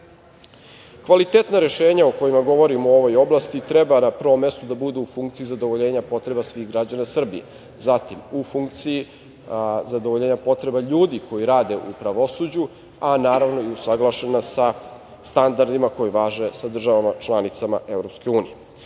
dugoročna. Kvalitetna rešenja o kojima govorimo u ovoj oblasti treba na prvom mestu da budu u funkciji zadovoljenja potreba svih građana Srbije, zatim u funkciji zadovoljenja potreba ljudi koji rade u pravosuđu, a naravno i usaglašena sa standardima koji važe sa državama članicama